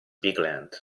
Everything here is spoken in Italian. bigland